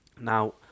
Now